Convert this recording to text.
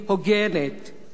והכי חשוב,